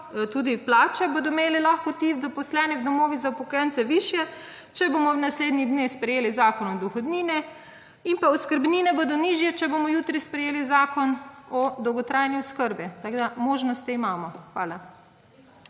tudi plače bodo imeli lahko ti zaposleni v domovih za upokojence višje, če bomo v naslednjih dneh sprejeli Zakon o dohodnini in pa oskrbnine bodo nižje, če bomo jutri sprejeli Zakon o dolgotrajni oskrbi, tako da možnosti imamo. Hvala.